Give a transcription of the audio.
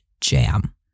jam